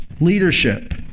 leadership